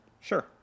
Sure